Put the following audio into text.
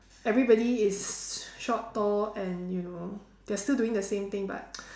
everybody is short tall and you know they are still doing the same thing but